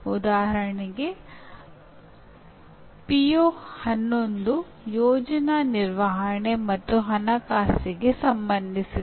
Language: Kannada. ಉದಾಹರಣೆಗೆ ಕಲಿಯುವವರು ಏನನ್ನಾದರೂ ಕಲಿತಿದ್ದಾರೆಂದು ನಮಗೆ ಹೇಗೆ ಗೊತ್ತಾಗುತ್ತದೆ